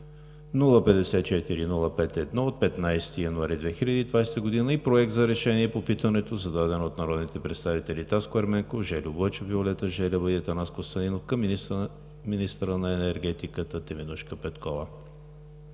054-05-1 от 15 януари 2020 г., и Проекта за решение по питането, зададено от народните представители Таско Ерменков, Жельо Бойчев, Виолета Желева и Атанас Костадинов, към министъра на енергетиката Теменужка Петкова